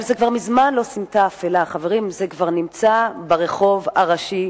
גם עיריית לוד לא מוכנה לקבל אותו כשכונה של לוד